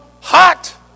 hot